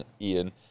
Ian